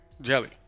jelly